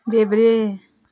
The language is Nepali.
देब्रे